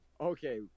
okay